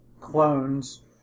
clones